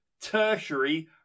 tertiary